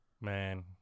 Man